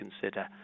consider